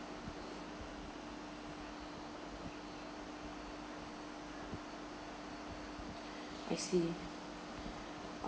I see